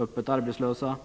öppet arbetslösa.